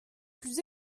plus